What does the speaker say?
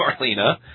Marlena